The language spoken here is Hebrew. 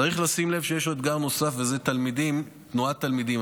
צריך לשים לב שיש אתגר נוסף, והוא תנועת תלמידים.